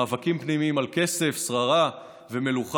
מאבקים פנימיים על כסף, שררה ומלוכה?